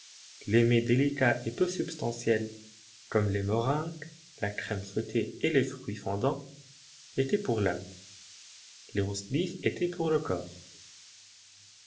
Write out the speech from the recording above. les mets délicats et peu substantiels comme les meringues la crème fouettée et les fruits fondans étaient pour l'âme les rost bif étaient pour le corps